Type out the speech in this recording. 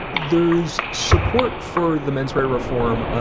there's support for the menswear reform, ah